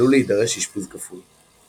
עלול להידרש אשפוז כפוי.